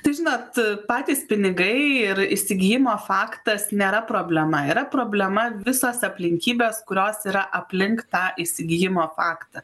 tai žinot patys pinigai ir įsigijimo faktas nėra problema yra problema visas aplinkybės kurios yra aplink tą įsigijimo faktą